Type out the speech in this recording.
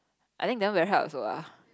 I think that one very hard also lah